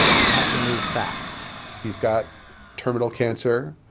we had to move fast he's got terminal cancer.